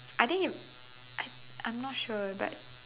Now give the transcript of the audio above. I think it I'm I'm not sure but